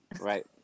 Right